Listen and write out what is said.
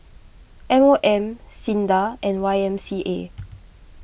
M O M Sinda and Y M C A